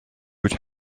would